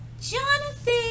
Jonathan